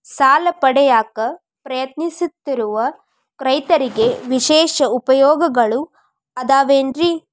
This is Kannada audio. ಸಾಲ ಪಡೆಯಾಕ್ ಪ್ರಯತ್ನಿಸುತ್ತಿರುವ ರೈತರಿಗೆ ವಿಶೇಷ ಪ್ರಯೋಜನಗಳು ಅದಾವೇನ್ರಿ?